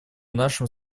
нашем